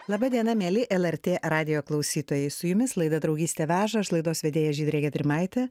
laba diena mieli lrt radijo klausytojai su jumis laida draugystė veža aš laidos vedėja žydrė gedrimaitė